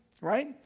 right